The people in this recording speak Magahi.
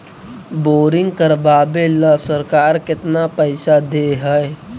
बोरिंग करबाबे ल सरकार केतना पैसा दे है?